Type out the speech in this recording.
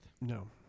No